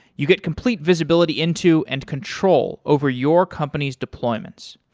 you get complete visibility into and control over your company's deployments.